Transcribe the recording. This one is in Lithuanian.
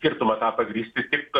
skirtumą tą pagrįsti tik